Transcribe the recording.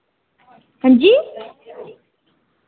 हां जी